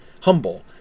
humble